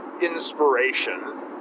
inspiration